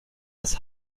das